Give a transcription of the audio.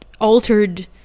altered